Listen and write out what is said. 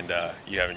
and you haven't